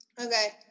Okay